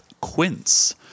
quince